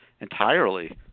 entirely